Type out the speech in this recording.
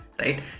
right